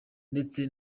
ndetse